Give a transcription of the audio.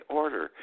order